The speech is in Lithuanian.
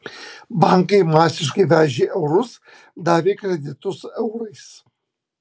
bankai masiškai vežė eurus davė kreditus eurais